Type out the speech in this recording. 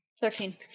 Thirteen